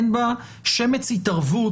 אין בה שמץ התערבות,